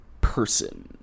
person